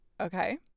Okay